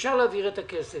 אפשר להעביר את הכסף.